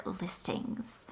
listings